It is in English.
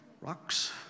Rocks